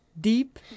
deep